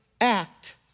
act